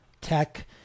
tech